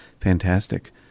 fantastic